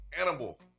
animal